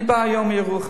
עכשיו, אני בא היום מירוחם.